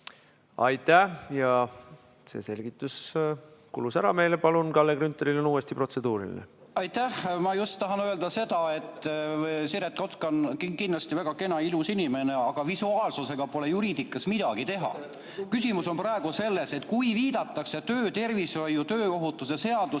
Aitäh! See selgitus kulus meile ära. Palun, Kalle Grünthalil on uuesti protseduuriline. Aitäh! Ma tahan öelda seda, et Siret Kotka on kindlasti väga kena ja ilus inimene, aga visuaalsusega pole juriidikas midagi teha. Küsimus on praegu selles, et kui viidatakse töötervishoiu ja tööohutuse seaduse